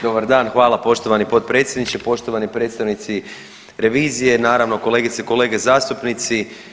Dobar dan, hvala poštovani potpredsjedniče, poštovani predstavnici revizije, naravno kolegice i kolege zastupnici.